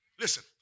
Listen